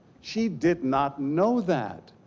she did not know that.